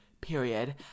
Period